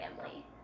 family